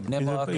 בבני ברק,